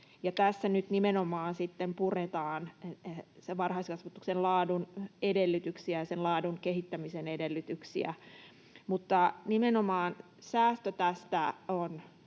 Tässä nyt nimenomaan sitten puretaan varhaiskasvatuksen laadun edellytyksiä ja sen laadun kehittämisen edellytyksiä. Mutta